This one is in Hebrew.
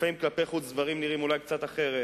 לפעמים כלפי חוץ דברים נראים אולי קצת אחרת,